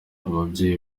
ababyeyi